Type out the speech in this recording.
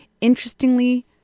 interestingly